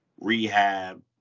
rehab